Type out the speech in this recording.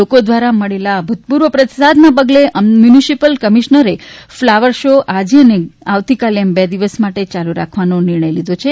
લોકો દ્રારા મળેલા આ અભૂતપૂર્વ પ્રતિસાદના પગલે મ્યુનિસિપલ કમિશનરે ફ્લાવર શો આજે અને ગઈકાલે એમ વધુ બે દિવસ ચાલુ રાખવાનો નિર્ણય કર્યો છે